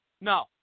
No